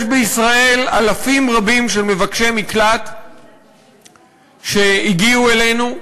יש בישראל אלפים רבים של מבקשי מקלט שהגיעו אלינו,